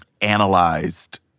analyzed